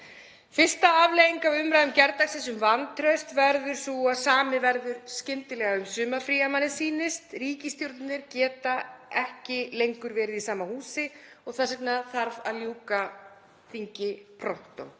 Fyrsta afleiðing af umræðum gærdagsins um vantraust verður sú að samið verður skyndilega um sumarfrí, að manni sýnist, ríkisstjórnarflokkarnir geta ekki lengur verið í sama húsi og þess vegna þarf að ljúka þingi prontó.